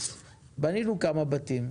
אז בנינו כמה בתים.